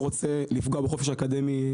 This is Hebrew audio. כי אני חלילה לא רוצה לפגוע בחופש האקדמי,